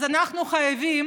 אז אנחנו חייבים